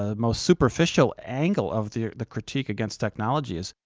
ah most superficial angle of the the critique against technologies,